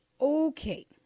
Okay